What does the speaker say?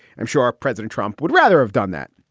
i'm sure president trump would rather have done that.